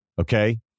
Okay